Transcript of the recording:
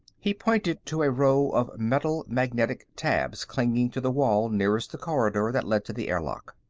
he pointed to a row of metal magnetic tabs clinging to the wall nearest the corridor that led to the airlock.